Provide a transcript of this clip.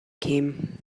came